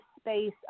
space